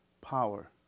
power